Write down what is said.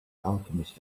alchemist